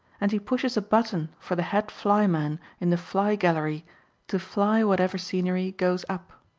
and he pushes a button for the head-flyman in the fly-gallery to fly whatever scenery goes up.